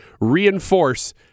reinforce